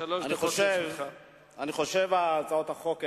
אני חושב שהצעות החוק האלה,